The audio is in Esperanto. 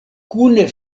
kune